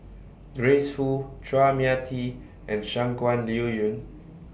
Grace Fu Chua Mia Tee and Shangguan Liuyun